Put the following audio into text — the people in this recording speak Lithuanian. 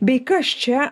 bei kas čia